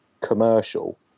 commercial